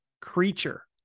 creature